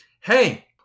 hey